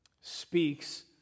speaks